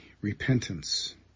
repentance